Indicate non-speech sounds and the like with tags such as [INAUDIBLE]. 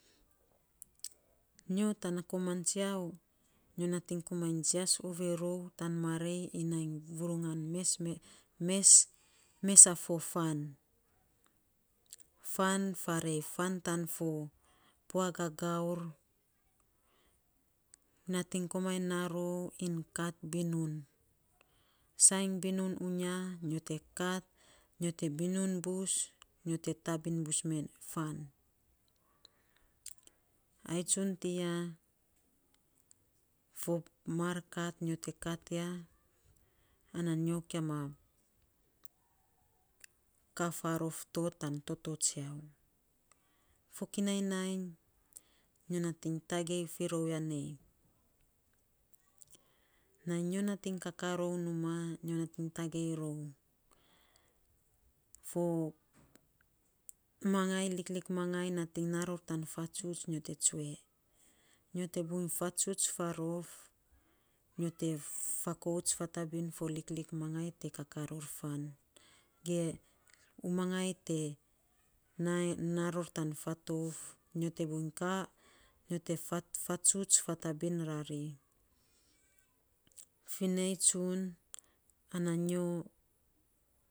Nyo tana koman tsiau, nyo natiny komainy jias ovei rou tan marei iny vurungan tana [UNINTELLIGIBLE] mes mes a pan, faarei, fan tan fo pua gagaur. nainy iny komainy naa rou iny kat binun, sai binun uya, ana nyo kia ma kaa faarof to tona tsiau. Fokinai nainy, fokinai nainy nyo nat iny tagei fi rou ya nei. Nainy nyo nating kakaa rou numaa nyo nat iny tagei rou fo mangai liklik mangai natiny naa ror tan fatsuts te tsue. Nyo te buiny fatsuts farof, nyo te fakouts faarof fo liklik mangai, te kaa ror fan ge. U mangai te [HESITATION] na a ror tan fatouf nyo te buiny kaa nyo te [HESITATION] fafatsuts fatobiny rari, finei tsun ana nyo.